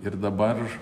ir dabar